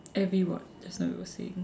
every what just now you were saying